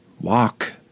Walk